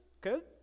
Good